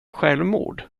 självmord